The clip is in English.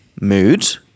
mood